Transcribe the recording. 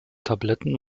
tabletten